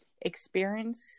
experience